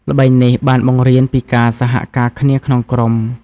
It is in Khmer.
ល្បែងនេះបានបង្រៀនពីការសហការគ្នាក្នុងក្រុម។